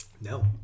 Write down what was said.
No